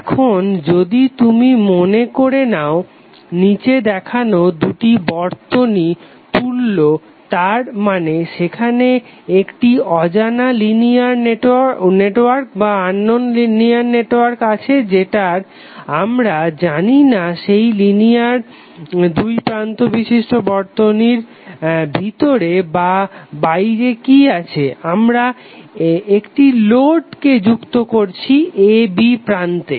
এখন যদি তুমি মনে করে নাও নিচে দেখানো দুটি বর্তনী তুল্য তার মানে সেখানে একটি অজানা লিনিয়ার নেটওয়ার্ক আছে যেটার আমরা জানি না সেই লিনিয়ার দুই প্রান্ত বিশিষ্ট বর্তনীর ভিতরে বা বাইরে কি আছে আমরা একটি লোডকে যুক্ত করেছি a b প্রান্তে